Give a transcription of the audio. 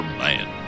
man